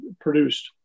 produced